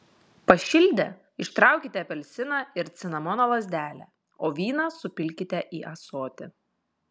pašildę ištraukite apelsiną ir cinamono lazdelę o vyną supilkite į ąsotį